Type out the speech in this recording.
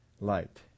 light